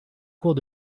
cours